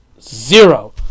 Zero